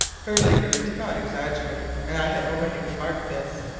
hurliguerly did not exaggerate, and i had already remarked this.